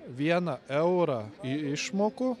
vieną eurą į išmokų